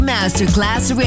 Masterclass